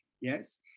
Yes